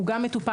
והוא גם מטופל,